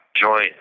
joint